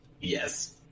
Yes